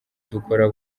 dukora